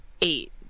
eight